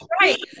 right